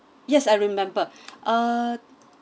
yes I remember uh